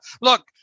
look